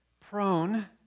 prone